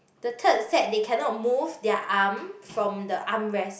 the third set they cannot move their arm from the armrest